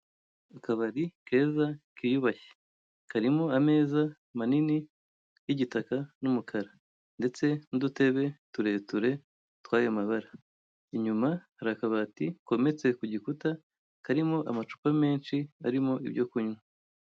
Akabari keza kiyubashye, karimo ameza manini y'igitaka n'umukara ndetse n'udutebe tureture tw'ayo mabara, inyuma hari akabati kometse ku gikuta karimo amacupa menshi arimo ibyo kunywa.